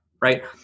right